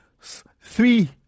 Three